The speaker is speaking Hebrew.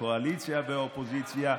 הקואליציה והאופוזיציה,